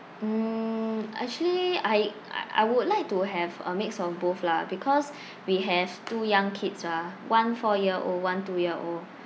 mm actually I I I would like to have a mix of both lah because we have two young kids ah one four year old one two year old